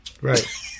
Right